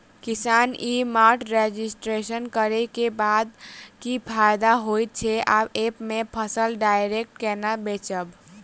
किसान e mart registration करै केँ बाद की फायदा होइ छै आ ऐप हम फसल डायरेक्ट केना बेचब?